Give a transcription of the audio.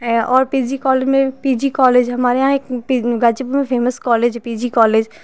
और P G college में P G college हमारे यहाँ एक गाजीपुर में फेमस कॉलेज है पी जी कॉलेज